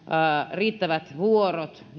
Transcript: riittävät vuorot